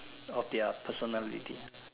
of their personality